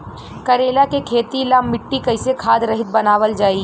करेला के खेती ला मिट्टी कइसे खाद्य रहित बनावल जाई?